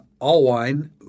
Allwine